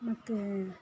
ಮತ್ತೆ